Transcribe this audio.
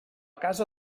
casa